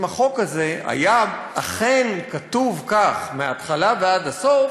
אם החוק הזה היה אכן כתוב כך מההתחלה ועד הסוף